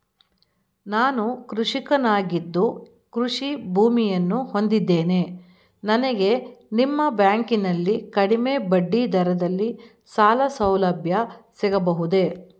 ನಾನು ಕೃಷಿಕನಾಗಿದ್ದು ಕೃಷಿ ಭೂಮಿಯನ್ನು ಹೊಂದಿದ್ದೇನೆ ನನಗೆ ನಿಮ್ಮ ಬ್ಯಾಂಕಿನಲ್ಲಿ ಕಡಿಮೆ ಬಡ್ಡಿ ದರದಲ್ಲಿ ಸಾಲಸೌಲಭ್ಯ ಸಿಗಬಹುದೇ?